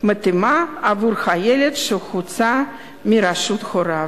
מתאימה עבור הילד שהוצא מרשות הוריו.